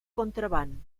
contraban